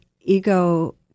ego